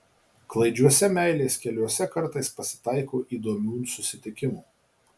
klaidžiuose meilės keliuose kartais pasitaiko įdomių susitikimų